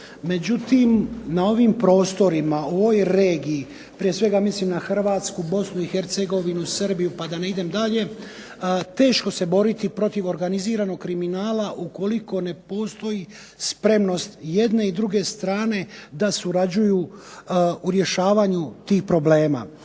međutim, na ovim prostorima, u ovoj regiji prije svega mislim na Hrvatsku, Bosnu i Hercegovinu, Srbiju pa da ne idem dalje, teško se boriti protiv organiziranog kriminala ukoliko ne postoji spremnost i jedne i druge strane da surađuju u rješavanju tih problema.